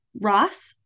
Ross